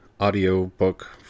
audiobook